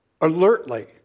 alertly